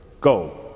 Go